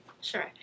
Sure